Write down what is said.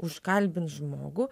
užkalbint žmogų